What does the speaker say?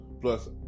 Plus